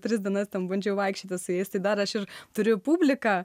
tris dienas ten bandžiau vaikščioti su jais dar ir turiu publiką